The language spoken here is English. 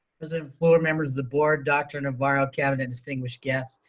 president fluor, members of the board, dr. navarro, cabinet, distinguished guests.